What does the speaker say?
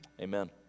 Amen